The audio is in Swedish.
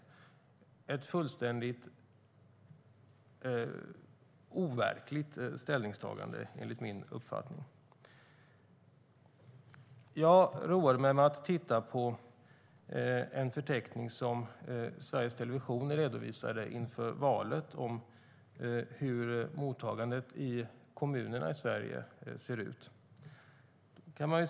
Det är ett fullständigt overkligt ställningstagande, enligt min uppfattning. Jag roade mig med att titta på en förteckning som Sveriges Television redovisade inför valet och som visar hur mottagandet i kommunerna i Sverige ser ut.